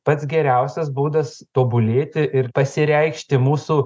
pats geriausias būdas tobulėti ir pasireikšti mūsų